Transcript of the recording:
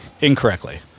incorrectly